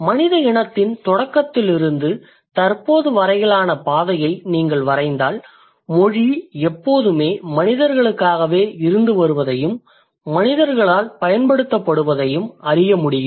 மனித இனத்தின் தொடக்கத்திலிருந்து தற்போதுவரையிலான பாதையை நீங்கள் வரைந்தால் மொழி எப்போதுமே மனிதர்களுக்காகவே இருந்து வருவதையும் மனிதர்களால் பயன்படுத்தப்படுவதையும் அறிய முடியும்